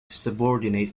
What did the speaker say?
subordinate